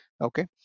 okay